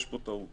יש פה טעות.